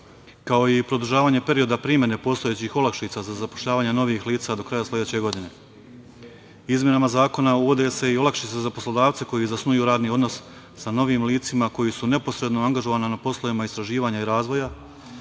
kao i produžavanje perioda primene postojećih olakšica za zapošljavanje novih lica do kraja sledeće godine. Izmenama zakona uvode se i olakšice za poslodavce koji zasnuju radni odnos sa novim licima koji su neposredno angažovana na poslovima istraživanja i razvoja,